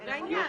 זה העניין.